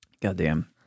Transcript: Goddamn